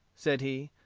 said he,